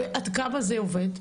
ועד כמה זה עובד?